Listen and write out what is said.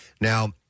Now